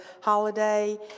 holiday